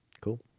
Cool